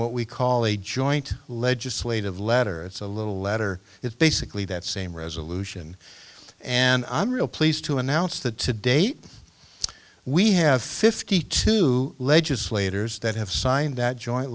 what we call a joint legislative letter it's a little letter it's basically that same resolution and i'm real pleased to announce that to date we have fifty two legislators that have signed that joint